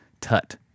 Tut